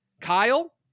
Kyle –